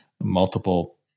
multiple